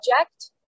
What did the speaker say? object